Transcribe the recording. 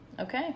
Okay